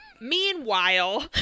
Meanwhile